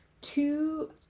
two